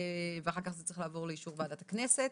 ואחר כך זה צריך לעבור לאישור ועדת הכנסת.